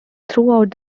throughout